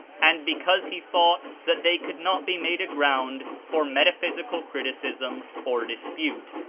and because he thought that they could not be made a ground for metaphysical criticism or dispute.